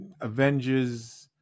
Avengers